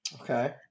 Okay